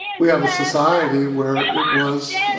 we have a society where it was